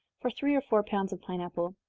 for three or four pounds of pine apple.